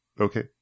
okay